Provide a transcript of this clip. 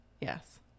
Yes